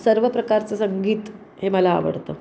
सर्व प्रकारचं संगीत हे मला आवडतं